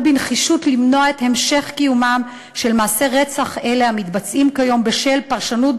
בנחישות למניעת המשך מעשי הרצח המתבצעים כיום בשל פרשנות